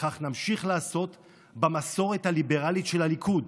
וכך נמשיך לעשות במסורת הליברלית של הליכוד.